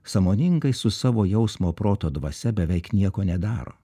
sąmoningai su savo jausmo proto dvasia beveik nieko nedaro